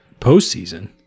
postseason